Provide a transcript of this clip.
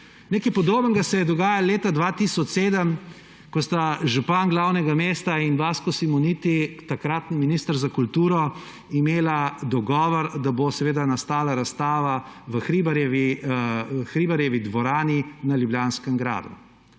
Nekaj podobnega se je dogajalo leta 2007, ko sta župan glavnega mesta in Vasko Simoniti, takratni minister za kulturo, imela dogovor, da bo nastala razstava v Hribarjevi dvorani na Ljubljanskem gradu.